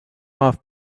off